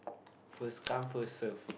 first come first serve